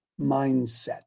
mindset